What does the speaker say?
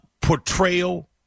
portrayal